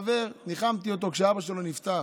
חבר, ניחמתי אותו כשאבא שלו נפטר.